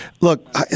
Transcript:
look